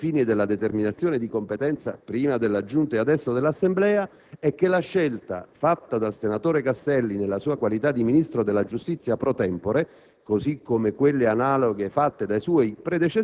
Ciò che invece appare indubbio - e rilevante ai fini delle determinazioni di competenza, prima della Giunta e adesso dell'Assemblea - è che la scelta fatta dal senatore Castelli nella sua qualità di Ministro della giustizia *pro tempore*